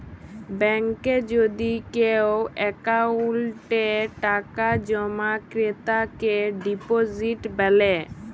ব্যাংকে যদি কেও অক্কোউন্টে টাকা জমা ক্রেতাকে ডিপজিট ব্যলে